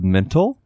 Mental